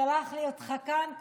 שלח לי אותך לכאן כמתנה,